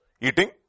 Eating